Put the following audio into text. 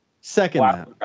Second